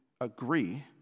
agree